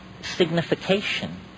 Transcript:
signification